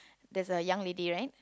there's a young lady right